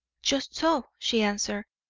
just so, she answered,